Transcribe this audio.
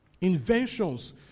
inventions